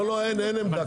אין עמדה כזאת.